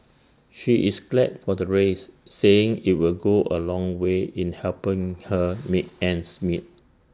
she is glad for the raise saying IT will go A long way in helping her make ends meet